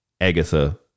Agatha